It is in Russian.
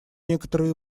некоторые